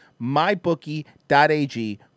mybookie.ag